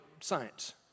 science